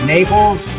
Naples